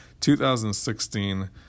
2016